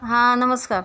हां नमस्कार